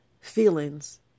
feelings